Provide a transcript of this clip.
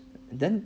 then